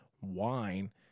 wine